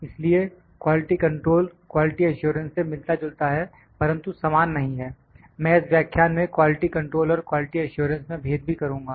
इसलिए quality control quality assurance से मिलता जुलता है परंतु समान नहीं है मैं इस व्याख्यान में क्वालिटी कंट्रोल और क्वालिटी एश्योरेंस में भेद भी करुंगा